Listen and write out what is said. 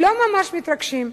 לא ממש מתרגשים.